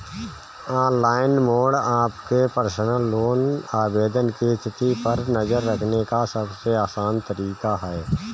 online mode आपके personal loan आवेदन की स्थिति पर नज़र रखने का सबसे आसान तरीका है